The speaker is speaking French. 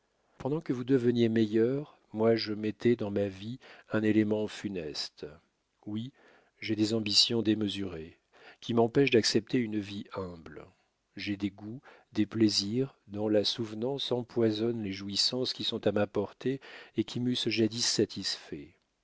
pendant que vous deveniez meilleurs moi je mettais dans ma vie un élément funeste oui j'ai des ambitions démesurées qui m'empêchent d'accepter une vie humble j'ai des goûts des plaisirs dont la souvenance empoisonne les jouissances qui sont à ma portée et qui m'eussent jadis satisfait